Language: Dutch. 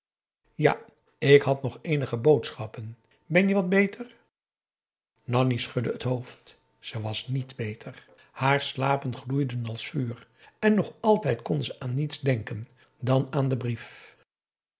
ja ik had nog eenige boodschappen ben je wat beter nanni schudde het hoofd ze was niet beter haar slapen gloeiden als vuur en nog altijd kon ze aan niets denken dan aan den brief